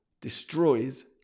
destroys